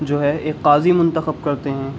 جو ہے ایک قاضی منتخب کرتے ہیں